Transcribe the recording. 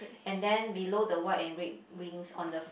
and then below the white and red wings on the f~